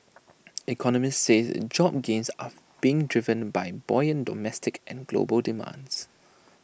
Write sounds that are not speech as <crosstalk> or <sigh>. <noise> economists say job gains <noise> are being driven by buoyant domestic and global demands